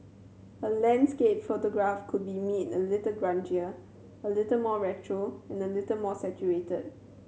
a landscape photograph could be made a little grungier a little more retro and a little more saturated